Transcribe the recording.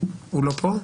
הגעתי לכנסת רק ב-2019.